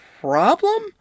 problem